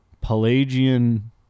Pelagian